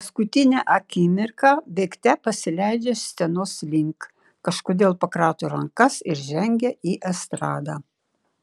paskutinę akimirką bėgte pasileidžia scenos link kažkodėl pakrato rankas ir žengia į estradą